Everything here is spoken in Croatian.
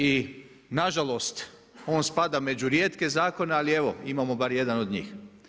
I nažalost on spada među rijetke zakone, ali evo imamo bar jedan od njih.